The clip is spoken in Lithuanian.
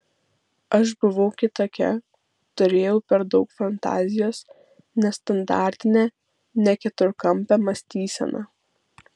aš buvau kitokia turėjau per daug fantazijos nestandartinę ne keturkampę mąstyseną